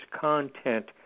content